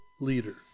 leader